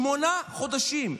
שמונה חודשים,